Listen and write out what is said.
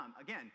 again